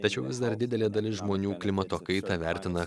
tačiau vis dar didelė dalis žmonių klimato kaitą vertina